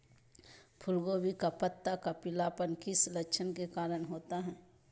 फूलगोभी का पत्ता का पीलापन किस लक्षण के कारण होता है?